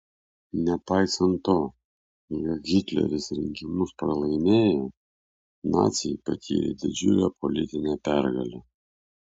nepaisant to jog hitleris rinkimus pralaimėjo naciai patyrė didžiulę politinę pergalę